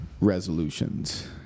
resolutions